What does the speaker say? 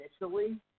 initially